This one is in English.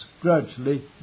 gradually